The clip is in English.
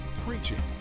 preaching